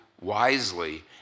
wisely